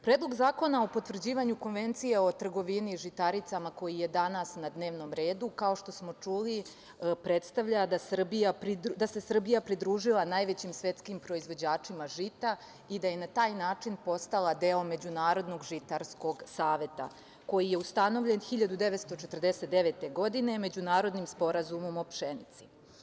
Predlog zakona o potvrđivanju Konvencije o trgovini žitaricama koji je danas na dnevnom redu, kao što smo čuli, predstavlja da se Srbija pridružila najvećim svetskim proizvođačima žita i da je na taj način postala deo Međunarodnog žitarskog saveza, koji je ustanovljen 1949. godine, međunarodnim Sporazumom o pšenici.